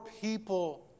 people